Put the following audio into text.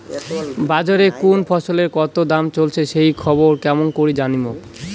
বাজারে কুন ফসলের কতো দাম চলেসে সেই খবর কেমন করি জানীমু?